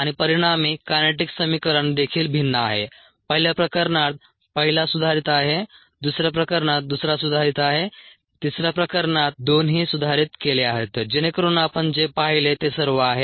आणि परिणामी कायनेटिक्स समिकरण देखील भिन्न आहे पहिल्या प्रकरणात पहिला सुधारित आहे दुसऱ्या प्रकरणात दुसरा सुधारित आहे तिसर्या प्रकरणात दोन्ही सुधारित केले आहेत जेणेकरुन आपण जे पाहिले ते सर्व आहे